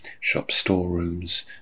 shop-storerooms